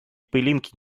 пылинки